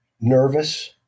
nervous